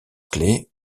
clay